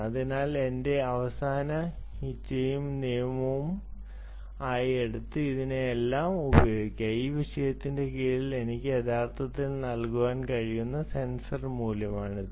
അതിനാൽ ഇത് എന്റെ അവസാന ഇച്ഛയും നിയമവും ആയി എടുത്ത് ഇതിനെല്ലാം ഉപയോഗിക്കുക ഈ വിഷയത്തിന് കീഴിൽ എനിക്ക് യഥാർത്ഥത്തിൽ നൽകാൻ കഴിയുന്ന സെൻസർ മൂല്യമാണിത്